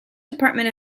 department